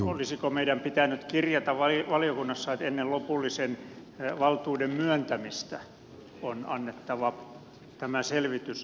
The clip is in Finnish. olisiko meidän pitänyt kirjata valiokunnassa että ennen lopullisen valtuuden myöntämistä on annettava tämä selvitys